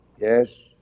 Yes